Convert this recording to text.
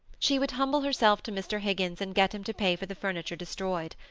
she would humble herself to mr. higgins and get him to pay for the furniture destroyed.